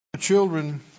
children